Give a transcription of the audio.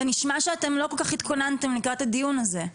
זה נשמע שאתם לא כל כך התכוננתם לקראת הדיון הזה.